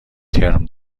ترم